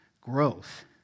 growth